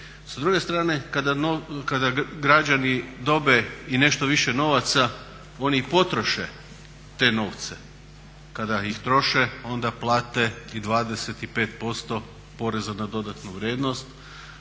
Sa druge strane kada građani dobe i nešto više novaca oni i potroše te novce. Kad ih troše onda plate i 25% PDV-a što opet